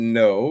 no